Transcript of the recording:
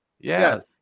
yes